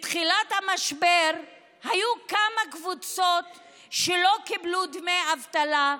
בתחילת המשבר היו כמה קבוצות שלא קיבלו דמי אבטלה.